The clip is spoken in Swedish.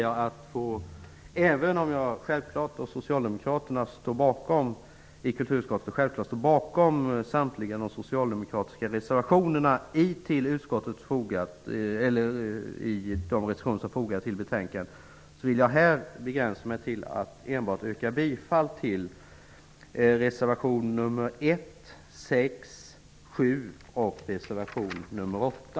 Jag och socialdemokraterna i kulturutskottet står självfallet bakom samtliga de socialdemokratiska reservationer som är fogade till betänkandet, men jag vill begränsa mig till att enbart yrka bifall till reservationerna 1, 6, 7 och 8.